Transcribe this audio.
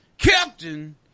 Captain